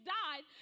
died